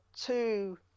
two